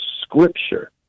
scripture